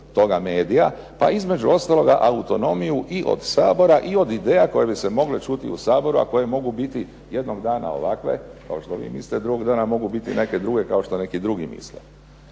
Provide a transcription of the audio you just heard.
toga medija, pa između ostaloga autonomiju i od Sabora i od ideja koje bi se mogle čuti u Saboru, a koje mogu biti jednog dana ovakve kao što vi mislite, drugog dana mogu biti neke druge kao što neki drugi misle.